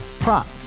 Prop